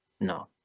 no